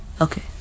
Okay